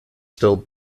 still